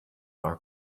our